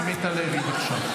חבר הכנסת עמית הלוי, בבקשה.